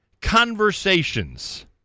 Conversations